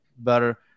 better